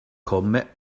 komme